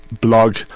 blog